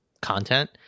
content